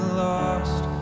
lost